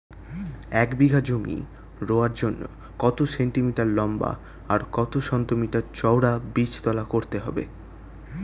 এক বিঘা জমি রোয়ার জন্য কত সেন্টিমিটার লম্বা আর কত সেন্টিমিটার চওড়া বীজতলা করতে হবে?